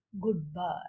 goodbye